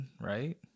right